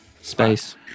space